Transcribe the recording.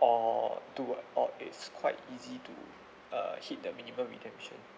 or do or it's quite easy to err hit the minimum redemption